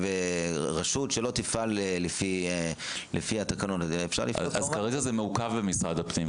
רשות שלא תפעל לפי התקנות האלה --- אז כרגע זה מעוכב במשרד הפנים.